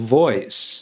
voice